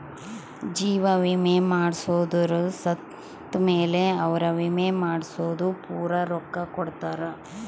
ಜೀವ ವಿಮೆ ಮಾಡ್ಸದೊರು ಸತ್ ಮೇಲೆ ಅವ್ರ ವಿಮೆ ಮಾಡ್ಸಿದ್ದು ಪೂರ ರೊಕ್ಕ ಕೊಡ್ತಾರ